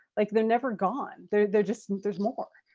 like they're never gone there. they're just, there's more.